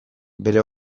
bere